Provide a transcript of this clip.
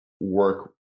work